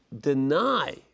deny